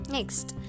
Next